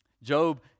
Job